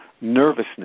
nervousness